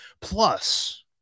Plus